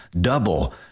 Double